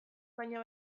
baina